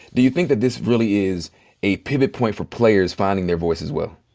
do you think that this really is a pivot point for players finding their voice as well?